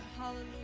Hallelujah